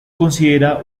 considera